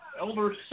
elder